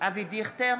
אבי דיכטר,